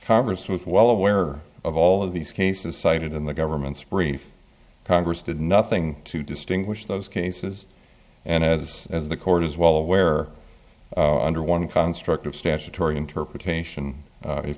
congress with well aware of all of these cases cited in the government's brief congress did nothing to distinguish those cases and as as the court is well aware under one construct of statutory interpretation